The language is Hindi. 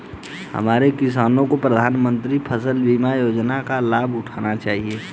हमारे किसानों को प्रधानमंत्री फसल बीमा योजना का लाभ उठाना चाहिए